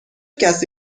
کسی